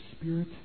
Spirit